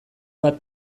bat